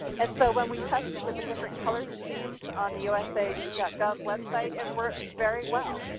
and so when we test it with a different color schemes on the usa gov website it worked very well.